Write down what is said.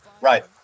Right